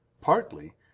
partly